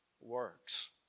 works